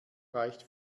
reicht